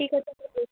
ঠিক আছে